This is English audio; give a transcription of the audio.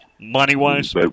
money-wise